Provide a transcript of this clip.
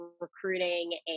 recruiting